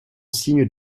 signe